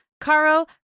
Caro